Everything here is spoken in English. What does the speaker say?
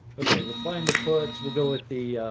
okay we'll find the put will go with the